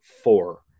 four